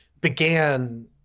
began